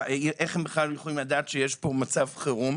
איך, בכלל, הם יכולים לדעת שיש פה מצב חירום?